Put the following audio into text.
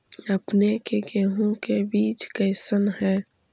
अपने के गेहूं के बीज कैसन है?